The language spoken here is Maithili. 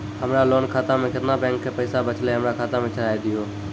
हमरा लोन खाता मे केतना बैंक के पैसा बचलै हमरा खाता मे चढ़ाय दिहो?